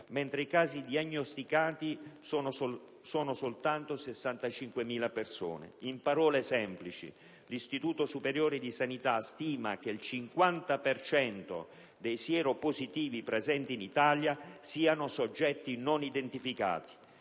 mentre i casi diagnosticati sono soltanto 65.000. In parole semplici, l'Istituto superiore di sanità stima che il 50 per cento dei sieropositivi presenti in Italia siano soggetti non identificati.